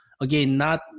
again—not